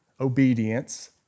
obedience